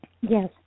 Yes